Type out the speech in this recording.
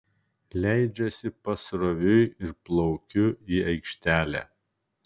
leidžiuosi pasroviui ir plaukiu į aikštelę